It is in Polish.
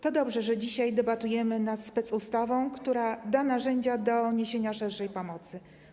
To dobrze, że dzisiaj debatujemy nad specustawą, która da narzędzia do niesienia szerszej pomocy.